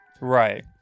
Right